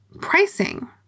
pricing